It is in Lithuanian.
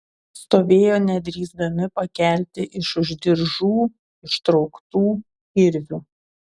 stovėjo nedrįsdami pakelti iš už diržų ištrauktų kirvių